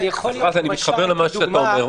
--- רז, אני מתחבר למה שאתה אומר.